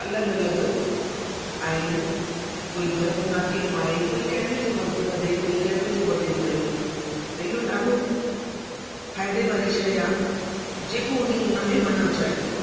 अलॻि अलॻि आहिनि कोई भरतनाट्यम आहे कोई कंहिं में थो वध वधे कोई कंहिं में थो वधे पयो त इहो ॾाढो फ़ाइदे वारी शइ आहे जेको उन्ही उनमें वञणु चाहे थो